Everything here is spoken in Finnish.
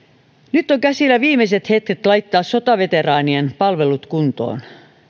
nyt on käsillä viimeiset hetket laittaa sotaveteraanien palvelut kuntoon